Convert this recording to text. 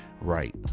right